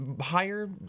higher